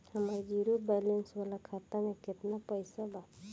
हमार zero balance वाला खाता में केतना पईसा बा?